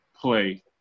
play